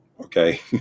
okay